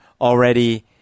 already